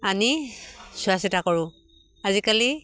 আনি চোৱা চিতা কৰোঁ আজিকালি